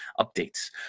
Updates